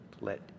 let